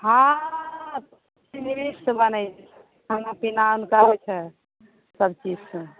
हॅं बनै खाना पीना हुनका होइ छनि सभचीजसँ